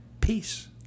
Peace